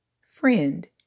friend